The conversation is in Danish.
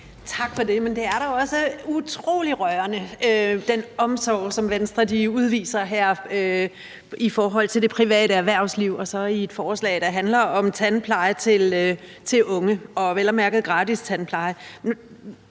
Tak for det. Men det er da utrolig rørende med den omsorg, som Venstre udviser her i forhold til det private erhvervsliv og så i et forslag, der handler om tandpleje til unge og vel at mærke gratis tandpleje.